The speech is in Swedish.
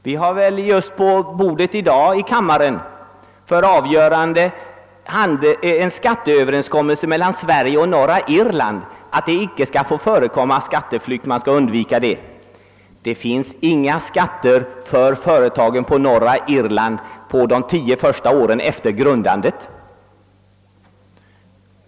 Vi har just i dag här i kammaren godkänt en överenskommelse mellan Sverige och bl.a. Nordirland angående förhindrande av skatteflykt beträffande inkomstskatter. Det finns inga skatter för företagen på Norra Irland under de tio första åren efter grundandet.